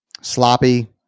sloppy